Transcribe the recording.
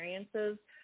experiences